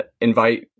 invite